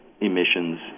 emissions